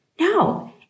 no